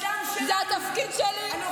זה התפקיד שלי,